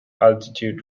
altitude